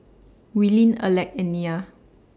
Willene Alec and Nia